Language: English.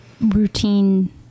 routine